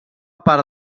part